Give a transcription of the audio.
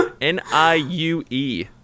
N-I-U-E